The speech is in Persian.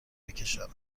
بکشاند